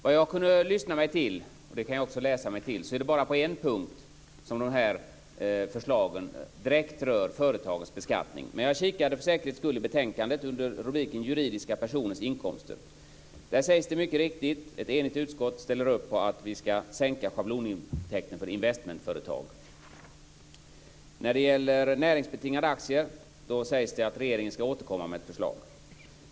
Vad jag kunde lyssna mig till, och det kan jag också läsa mig till, är det bara en av punkterna som direkt rör företagens beskattning. Men jag kikade för säkerhets skull i betänkandet under rubriken Juridiska personers inkomster. Där sägs det mycket riktigt att ett enigt utskott ställer upp på att vi ska sänka schablonintäkten för investmentföretag. När det gäller näringsbetingade aktier sägs det att regeringen ska återkomma med ett förslag.